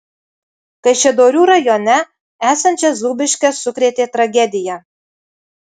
kaišiadorių rajone esančias zūbiškes sukrėtė tragedija